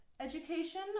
education